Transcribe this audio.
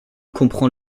comprend